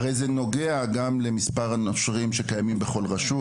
הרי זה נוגע גם למספר הנושרים שקיימים בכל רשות.